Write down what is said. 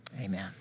Amen